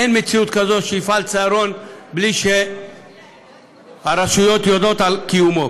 אין מציאות כזאת שיפעל צהרון בלי שהרשויות יודעות על קיומו.